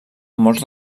molts